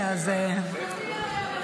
להצביע.